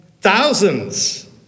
Thousands